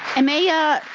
amaya